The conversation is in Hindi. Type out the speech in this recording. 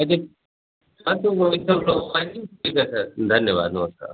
यदि हाँ तो वो एकदम ठीक है सर धन्यवाद नमस्कार